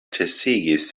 ĉesigis